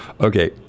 Okay